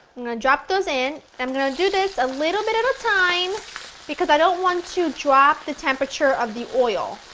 drop those in, and i'm going to do this a little bit at a time because i don't want to drop the temperature of the oil.